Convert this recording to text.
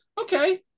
okay